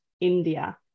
India